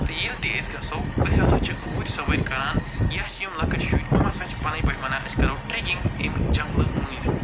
تہٕ ییٚلہِ تہِ أسۍ گَژھو أسۍ ہَسا چھِ گُرۍ سَوٲرۍ کَران یا چھِ یِم لۄکٕٹۍ شُرۍ یِم ہَسا چھِ پنٕنۍ پٲٹھۍ وَنان أسۍ کَرو ٹرٛٮ۪کِنٛگ اَمہِ جنٛگلہٕ مٔنٛزۍ